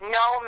no